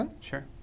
sure